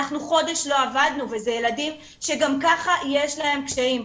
אנחנו חודש לא עבדנו וזה ילדים שגם ככה יש להם קשיים,